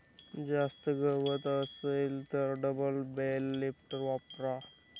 जास्त गवत असेल तर डबल बेल लिफ्टर वापरा